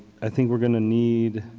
i think we are going to need